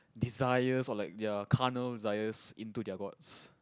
desire or like their carnal desires into their gods